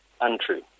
untrue